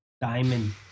diamond